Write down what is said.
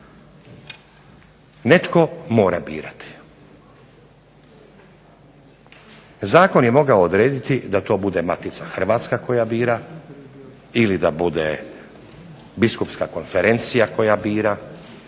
Netko mora birati. Zakon je mogao odrediti da to bude Matica Hrvatska koja bira, ili da bude biskupska konferencija koja bira,